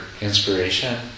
inspiration